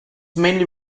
mainly